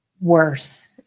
worse